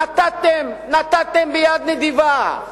נתתם, נתתם ביד נדיבה,